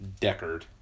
Deckard